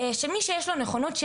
שמי שיש לו נכונות,